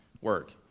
work